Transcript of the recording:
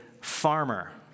farmer